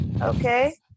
okay